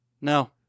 No